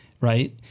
right